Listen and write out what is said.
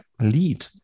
lead